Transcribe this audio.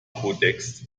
codecs